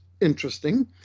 interesting